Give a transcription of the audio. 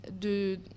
de